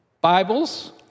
Bibles